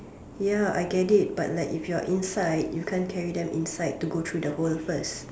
ya I get it but like if you are inside you can't carry them inside to go through the hole first